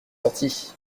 sortis